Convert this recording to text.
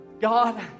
God